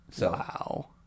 Wow